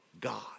God